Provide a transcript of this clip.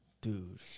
Dude